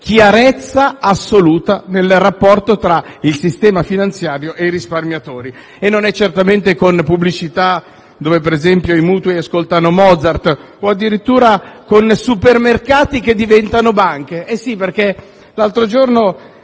chiarezza assoluta nel rapporto tra il sistema finanziario e i risparmiatori e certamente non si fa chiarezza con pubblicità dove, per esempio, i mutui ascoltano Mozart o addirittura con supermercati che diventano banche. Sì, perché l'altro giorno